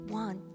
one